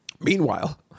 Meanwhile